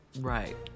Right